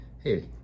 Hey